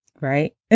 right